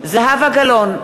זהבה גלאון,